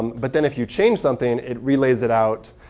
but then, if you change something, it re-lays it out.